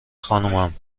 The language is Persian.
خانومم